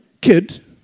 kid